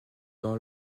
dans